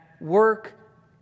work